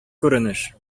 күренеш